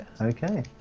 okay